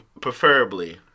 Preferably